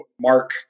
Mark